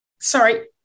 Sorry